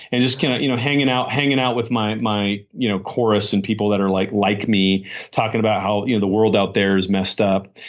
and just kind of you know hanging out hanging out with my my you know chorus and people that are like like me talking about how you know the world out there is messed up.